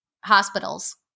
hospitals